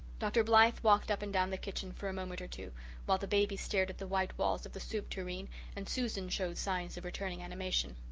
dr. blythe walked up and down the kitchen for a moment or two while the baby stared at the white walls of the soup tureen and susan showed signs of returning animation.